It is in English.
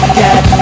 get